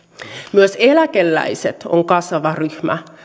myös eläkeläiset ovat kasvava ryhmä